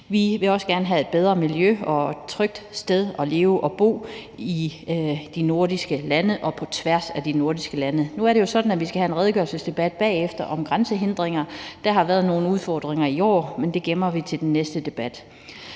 Vi vil også gerne have et bedre miljø og et trygt sted at leve og bo i de nordiske lande og på tværs af de nordiske lande. Nu er det jo sådan, at vi skal have en redegørelsesdebat bagefter om grænsehindringer. Der har været nogle udfordringer i år, men det gemmer vi til den næste debat.